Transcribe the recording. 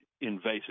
invasive